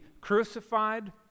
crucified